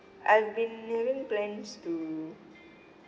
I've been mainly plans to